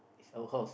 is our house